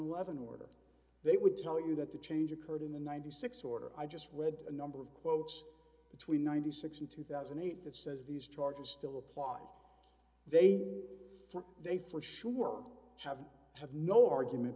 eleven order they would tell you that the change occurred in the ninety six order i just read a number of quotes between ninety six and two thousand and eight that says these charges still apply they say they for sure have have no argument